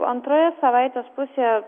antroje savaitės pusėje